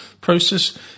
Process